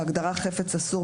בהגדרה "חפץ אסור",